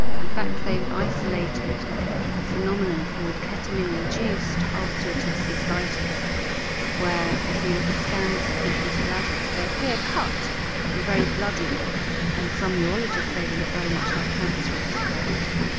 in fact they've isolated a phenomenon called ketamine-induced ulcerative cystitis where if you look at scans of people's bladders they appear cut and very bloody and some neurologists say they look very much like cancerous bladders.